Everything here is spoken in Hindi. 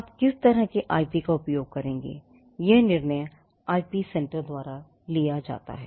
आप किस तरह के IP का उपयोग करेंगेयह निर्णय IP सेंटर द्वारा लिया जाता है